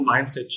mindset